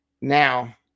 now